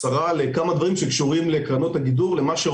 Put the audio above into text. הצעת החוק מתייחסת לכל הדברים האלה ואומרת שאם